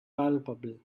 palpable